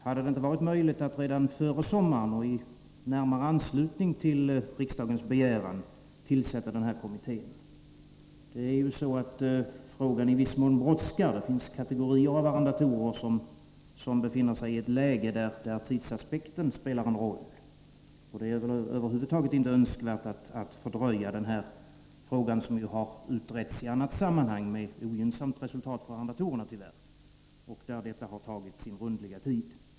Hade det inte varit möjligt att redan före sommaren och i närmare anslutning till riksdagens begäran tillsätta den här kommittén? Frågan brådskar i viss mån. Det finns kategorier av arrendatorer som befinner sig i ett läge där tidsaspekten spelar en roll. Och det är väl över huvud taget inte önskvärt att ytterligare fördröja den här frågan, som ju har utretts i annat sammanhang — tyvärr med ogynnsamt resultat för arrendatorerna — vilket tagit sin rundliga tid.